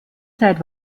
zeit